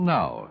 now